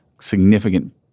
significant